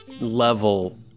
level